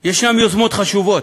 יש יוזמות חשובות: